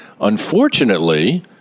Unfortunately